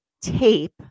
tape